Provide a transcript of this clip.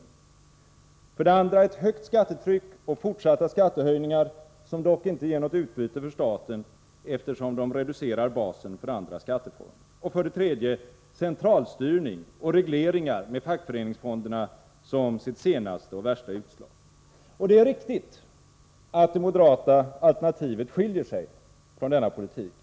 För det andra känntecknas vanstyret av ett högt skattetryck och fortsatta skattehöjningar, som dock inte ger något utbyte för staten, eftersom de reducerar basen för andra skatteformer. För det tredje är det fråga om centralstyrning och regleringar, med fackföreningsfonderna som senaste och värsta utslag. Det är riktigt att det moderata alternativet skiljer sig från denna politik.